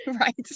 right